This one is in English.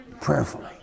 prayerfully